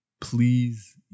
please